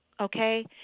Okay